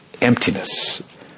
emptiness